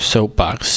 Soapbox